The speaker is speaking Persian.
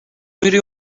میری